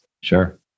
Sure